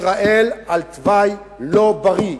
ישראל על תוואי לא בריא.